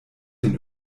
den